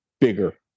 bigger